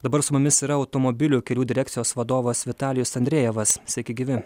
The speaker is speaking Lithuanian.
dabar su mumis yra automobilių kelių direkcijos vadovas vitalijus andrejevas sveiki gyvi